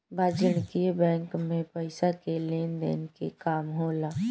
वाणिज्यक बैंक मे पइसा के लेन देन के काम होला